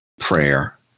prayer